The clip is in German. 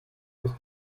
ist